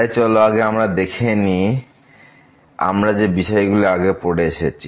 তাই চলো আগে আমরা দেখে নেই আমরা যে বিষয়গুলি আগে পড়ে এসেছি